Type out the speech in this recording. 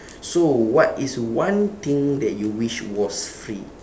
so what is one thing that you wish was free